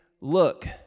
Look